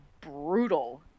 brutal